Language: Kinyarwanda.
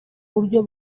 buryo